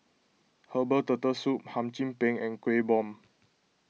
Herbal Turtle Soup Hum Chim Peng and Kueh Bom